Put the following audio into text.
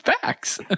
Facts